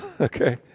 Okay